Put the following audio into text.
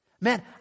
Man